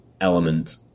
element